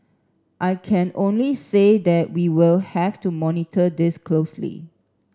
I can only say that we will have to monitor this closely